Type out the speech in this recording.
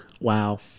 Wow